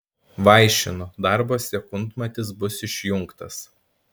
vaišinu darbo sekundmatis bus išjungtas